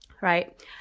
right